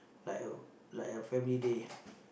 like a like a family day